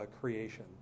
creation